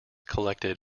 collected